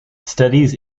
studies